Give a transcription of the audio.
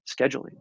scheduling